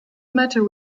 matter